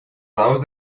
lados